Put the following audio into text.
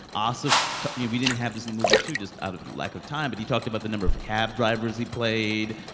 aasif we didn't have this in the movie, too, just out of lack of time but he talked about the number of cab drivers he played.